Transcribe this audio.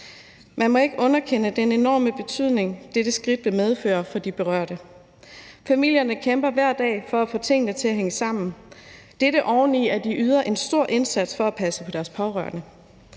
Man må ikke underkende den enorme betydning, dette skridt vil have for de berørte. Familierne kæmper hver dag for at få tingene til hænge sammen, og det gør de oveni, at de yder en stor indsats for at passe på deres pårørende.